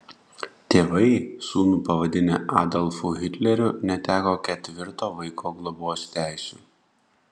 tėvai sūnų pavadinę adolfu hitleriu neteko ketvirto vaiko globos teisių